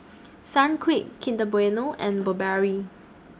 Sunquick Kinder Bueno and Burberry